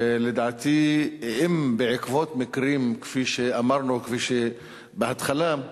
לדעתי, בעקבות מקרים, כפי שאמרנו בהתחלה,